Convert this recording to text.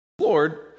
Lord